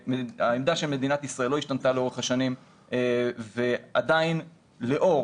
העמדה של מדינת ישראל לא השתנתה לאורך השנים ועדיין לאור